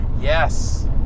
Yes